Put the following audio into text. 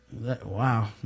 Wow